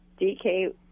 DK